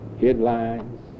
headlines